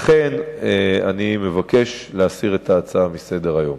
ולכן אני מבקש להסיר את ההצעה מסדר-היום.